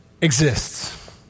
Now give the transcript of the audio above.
exists